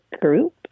group